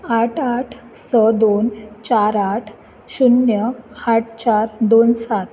आठ आठ स दोन चार आठ शुन्य आठ चार दोन सात